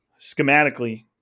schematically